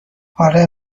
آره